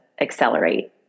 accelerate